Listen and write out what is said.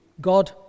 God